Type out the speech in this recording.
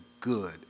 good